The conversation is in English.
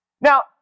Now